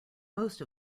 most